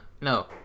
No